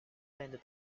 band